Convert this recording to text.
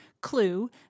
Clue